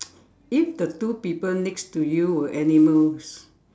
if the two people next to you were animals